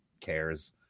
cares